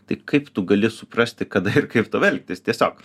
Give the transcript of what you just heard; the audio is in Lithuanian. tai kaip tu gali suprasti kada ir kaip tau elgtis tiesiog